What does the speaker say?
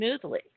smoothly